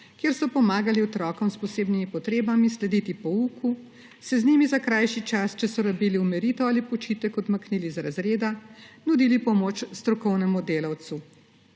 kjer so pomagali otrokom s posebnimi potrebami slediti pouku, se z njimi za krajši čas, če so rabili umiritev ali počitek, odmaknili iz razreda, nudili pomoč strokovnemu delavcu.